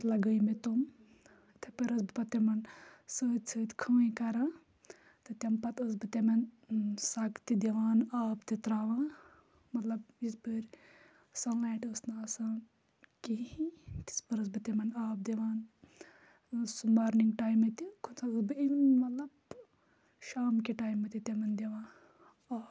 لَگٲمٕتۍ تم اِتھَے پٲر ٲسٕس بہٕ پَتہٕ تِمَن سۭتۍ سۭتۍ خٲنۍ کَران تہٕ تَمہِ پَتہٕ ٲسٕس بہٕ تِمَن سَگ تہِ دِوان آب تہِ ترٛاوان مطلب یزِ بٔرۍ سَن لایٹ ٲس نہٕ آسان کِہیٖنۍ تِژھ پھِر ٲسٕس بہٕ تِمَن آب دِوان سُہ مارنِنٛگ ٹایمہٕ تہِ کُنہِ سات ٲسٕس بہٕ ایم مطلب شام کہِ ٹایمہٕ تہِ تِمَن دِوان آب